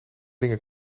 dingen